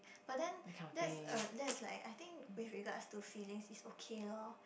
but then that's uh that's like I think with regards to feelings it's okay lor